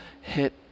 hit